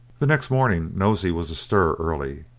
the next morning nosey was astir early.